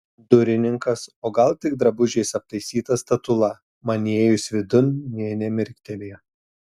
durininkas o gal tik drabužiais aptaisyta statula man įėjus vidun nė nemirktelėjo